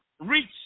reach